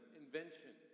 invention